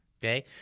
Okay